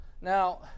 Now